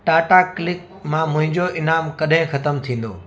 Tata click मां मुंहिंजो इनामु कॾहिं ख़तमु थींदो